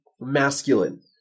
masculine